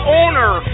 owner